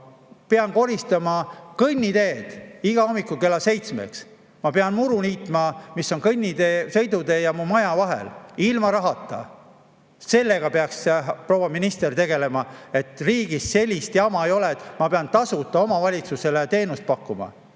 pean koristama kõnniteed igal hommikul kella seitsmeks, ma pean niitma muru, mis on kõnnitee, sõidutee ja mu maja vahel, ilma rahata. Sellega peaks proua minister tegelema, et riigis sellist jama ei oleks, et ma pean tasuta omavalitsusele teenust pakkuma.